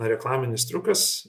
reklaminis triukas